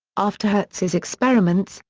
after hertz's experiments,